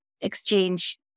exchange